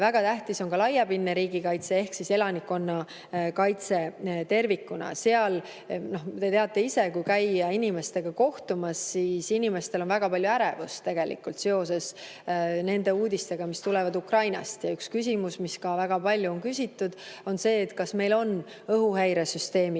väga tähtis on ka laiapindne riigikaitse ehk elanikkonnakaitse tervikuna. Seal, te teate ise, kui käia inimestega kohtumas, siis inimestel on väga palju ärevust seoses nende uudistega, mis tulevad Ukrainast. Üks küsimus, mis ka väga palju on küsitud, on see, kas meil on õhuhäiresüsteemid,